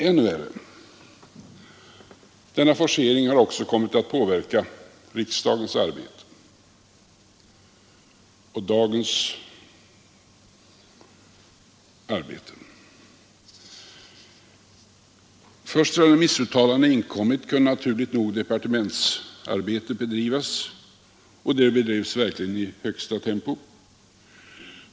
Än värre: Denna forcering har också kommit att påverka riksdagsarbetet och dagens arbete. Först sedan remissyttrandena inkommit kunde naturligt nog departementsarbetet bedrivas, och det bedrevs verkligen i högsta tempo.